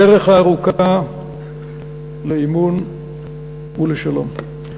בדרך הארוכה לאמון ולשלום.